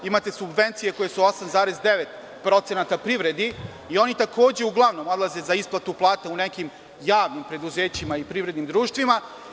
Imate subvencije koje su 8,9% privredi i oni takođe uglavnom odlaze za isplatu plata u nekim javnim preduzećima i privrednim društvima.